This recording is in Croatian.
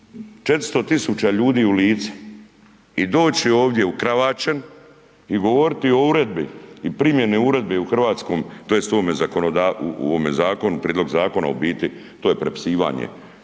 400 000 ljudi u lice i doći ovdje ukravaćen i govoriti o uredbi i primjeni uredbe u hrvatskom tj. u ovom zakonu, prijedlog zakona a u biti to je prepisivanje